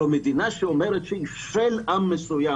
וזה שהן אומרות שהמדינה היא של עם מסוים,